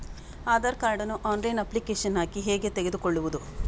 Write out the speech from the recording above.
Aadhaar card ನ್ನು online application ಹಾಕಿ ಹೇಗೆ ತೆಗೆದುಕೊಳ್ಳುವುದು?